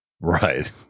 Right